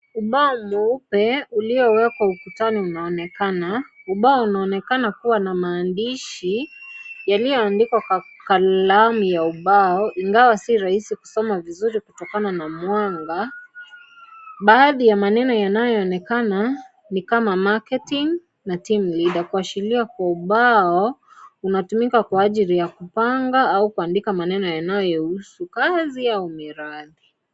Ubao mweupe uliowekwa ukutani unaonekana. Ubao unaonekana kuwa na maandishi, yaliyoandikwa kwa kalamu ya ubao, ingawa si rahisi kusoma vizuri kutokana na mwanga, baadhi ya maneno yanayo onekana ni kama marketing na team leader . Kuashiria kuwa ubao unatumika kwa ajili ya kupanga au kuandika kuhusu maneno yanayo husu kazi au miradi.